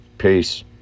Peace